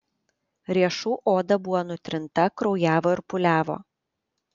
riešų oda buvo nutrinta kraujavo ir pūliavo